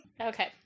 Okay